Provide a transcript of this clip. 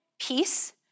peace